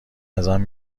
ازم